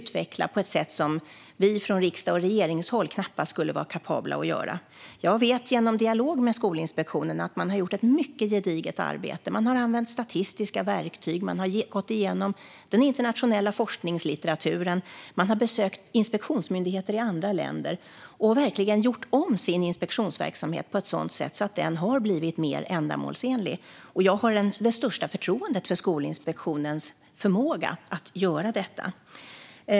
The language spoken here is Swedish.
Det skulle vi från riksdags och regeringshåll knappast vara kapabla att göra. Jag vet genom dialog med Skolinspektionen att man har gjort ett mycket gediget arbete. Man har använt statistiska verktyg, man har gått igenom den internationella forskningslitteraturen och man har besökt inspektionsmyndigheter i andra länder. Man har verkligen gjort om sin inspektionsverksamhet på ett sådant sätt att den har blivit mer ändamålsenlig. Jag har det största förtroendet för Skolinspektionens förmåga att göra detta.